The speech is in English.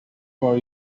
for